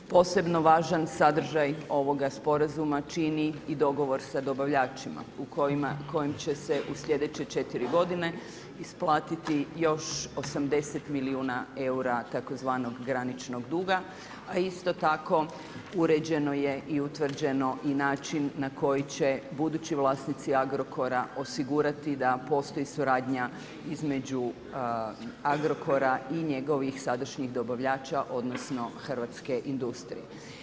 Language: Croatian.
Posebno važan sadržaj ovoga sporazuma čini i dogovor sa dobavljačima kojim će se u sljedeće četiri godine isplatiti još 80 milijuna eura tzv. graničnog duga, a isto tako uređeno je i utvrđeno i način na koji će budući vlasnici Agrokora osigurati da postoji suradnja između Agrokora i njegovih sadašnjih dobavljača odnosno hrvatske industrije.